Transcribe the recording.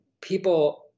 people